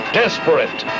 desperate